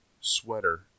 sweater